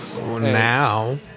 Now